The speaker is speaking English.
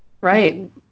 Right